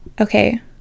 okay